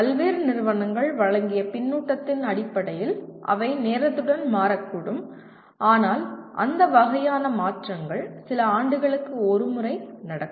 பல்வேறு நிறுவனங்கள் வழங்கிய பின்னூட்டத்தின் அடிப்படையில் அவை நேரத்துடன் மாறக்கூடும் ஆனால் அந்த வகையான மாற்றங்கள் சில ஆண்டுகளுக்கு ஒரு முறை நடக்கும்